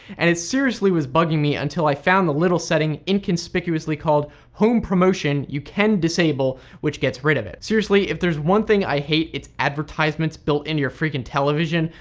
and it seriously was bugging me until i found the little setting inconspicuously called home promotion you can disable which gets rid of it. seriously if there is one thing i hate, it's advertisements built into your freaking television,